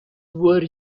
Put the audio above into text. were